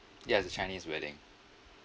ya it's a chinese wedding